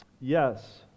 yes